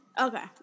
Okay